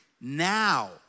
now